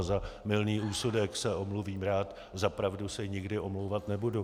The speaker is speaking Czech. Za mylný úsudek se omluvím rád, za pravdu se nikdy omlouvat nebudu.